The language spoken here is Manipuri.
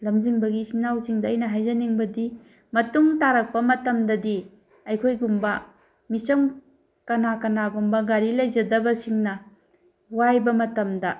ꯂꯝꯖꯤꯡꯕꯒꯤ ꯏꯆꯤꯟ ꯏꯅꯥꯎꯁꯤꯡꯗ ꯑꯩꯅ ꯍꯥꯏꯖꯅꯤꯡꯕꯗꯤ ꯃꯇꯨꯡ ꯇꯥꯔꯛꯄ ꯃꯇꯝꯗꯗꯤ ꯑꯩꯈꯣꯏꯒꯨꯝꯕ ꯃꯤꯆꯝ ꯀꯅꯥ ꯀꯥꯅꯒꯨꯝꯕ ꯒꯥꯔꯤ ꯂꯩꯖꯗꯕꯁꯤꯡꯅ ꯋꯥꯏꯕ ꯃꯇꯝꯗ